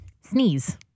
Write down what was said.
Sneeze